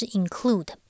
include